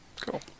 cool